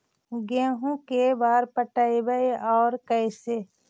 गेहूं के बार पटैबए और कैसे?